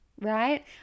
right